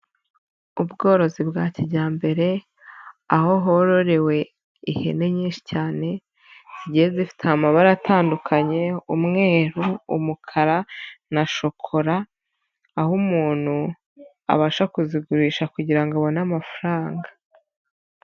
Ubworozi bwa kijyambere, aho hororewe ihene nyinshi cyane zigiye zifite amabara atandukanye, umweru, umukara, na shokora. Aho umuntu abasha kuzigurisha kugira ngo abone amafaranga.